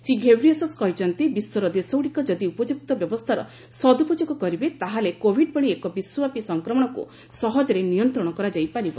Shri Ghebreyesus କହିଛନ୍ତି ବିଶ୍ୱର ଦେଶଗୁଡ଼ିକ ଯଦି ଉପଯୁକ୍ତ ବ୍ୟବସ୍ଥାର ସଦୁପଯୋଗ କରିବେ ତା'ହେଲେ କୋବିଡ୍ ଭଳି ଏକ ବିଶ୍ୱବ୍ୟାପୀ ସଂକ୍ରମଣକୁ ସହଜରେ ନିୟନ୍ତ୍ରଣ କରାଯାଇ ପାରିବ